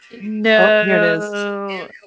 no